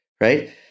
Right